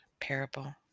parable